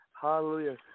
Hallelujah